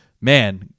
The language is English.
Man